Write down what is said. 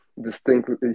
distinctly